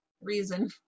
Reason